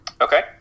Okay